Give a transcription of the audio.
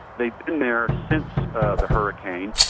they've been there since the hurricane.